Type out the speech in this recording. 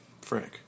Frank